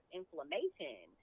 inflammation